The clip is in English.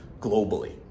globally